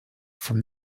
from